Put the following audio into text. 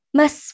mas